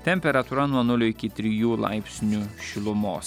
temperatūra nuo nulio iki trijų laipsnių šilumos